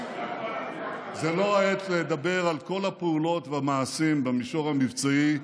זו לא העת לדבר על כל הפעולות והמעשים במישור המבצעי,